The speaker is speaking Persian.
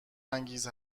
انگیز